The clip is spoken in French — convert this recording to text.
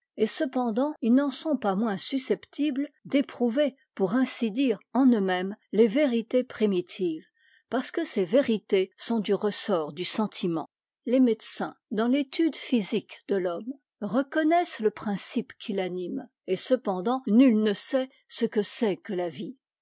et cependant ils n'en sont pas moins susceptibles d'éprouver pour ainsi dire en eux-mêmes les vérités primitives parce que ces vérités sont du ressort du sentiment les médecins dans l'étude physique de t'homme reconnaissent le principe qui l'anime et cependant nul ne sait ce que c'est que la vie